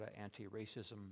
Anti-Racism